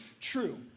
true